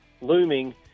looming